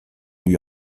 lui